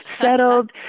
settled